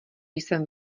jsem